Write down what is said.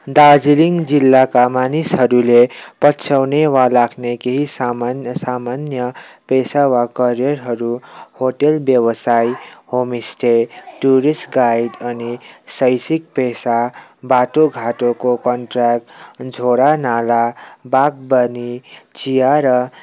दार्जिलिङ जिल्लाका मानिसहरूले पछ्याउने वा लाग्ने केही सामान सामान्य पेसा वा करियरहरू होटेल व्यवसाय होम स्टे टुरिस्ट गाइड अनि शैक्षिक पेसा बाटो घाटोको कन्ट्रयाक्ट झोडा नाला बागवानी चिया र